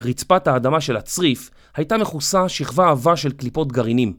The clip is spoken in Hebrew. רצפת האדמה של הצריף הייתה מכוסה שכבה עבה של קליפות גרעינים